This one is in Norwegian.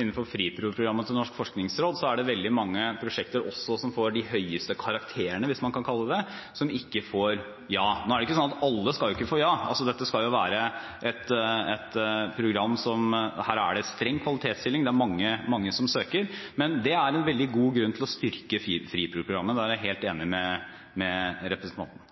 innenfor FRIPRO-programmet til Norges forskningsråd er det veldig mange prosjekter som får de høyeste karakterene – hvis man kan kalle det det – men som ikke får ja. Alle skal ikke få ja. Dette skal være et program med streng kvalitetssiling, og det er mange som søker. Men det er en veldig god grunn til å styrke FRIPRO-programmet. Her er jeg helt enig med representanten.